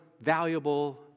valuable